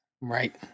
Right